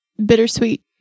Bittersweet